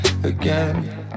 again